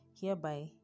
Hereby